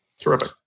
terrific